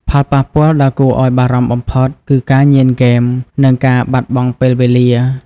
ផលប៉ះពាល់ដ៏គួរឱ្យបារម្ភបំផុតគឺ ការញៀនហ្គេម និងការបាត់បង់ពេលវេលា។